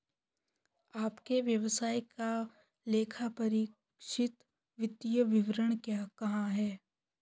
आपके व्यवसाय का लेखापरीक्षित वित्तीय विवरण कहाँ है?